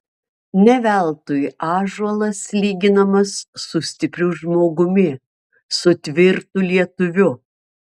ne veltui ąžuolas lyginamas su stipriu žmogumi su tvirtu lietuviu